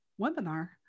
webinar